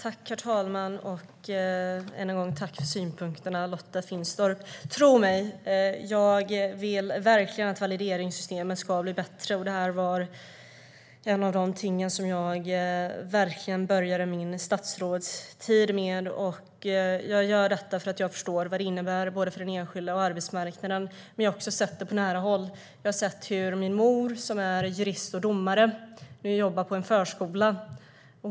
Herr talman! Tack för synpunkterna, Lotta Finstorp! Tro mig, jag vill verkligen att valideringssystemet ska bli bättre. Det var ett av de ting jag började min statsrådstid med att ta tag i. Jag gör detta för att jag förstår vad det innebär både för den enskilda och för arbetsmarknaden, men jag har också sett det på nära håll. Min mor, som är jurist och domare, jobbar på en förskola.